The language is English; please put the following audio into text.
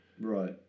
Right